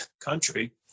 country